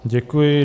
Děkuji.